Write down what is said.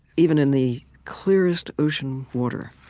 even in the clearest ocean water,